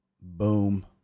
boom